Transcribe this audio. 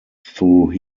through